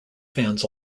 fans